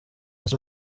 ese